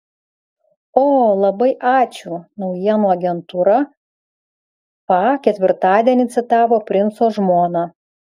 o labai ačiū naujienų agentūra pa ketvirtadienį citavo princo žmoną